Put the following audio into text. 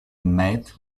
met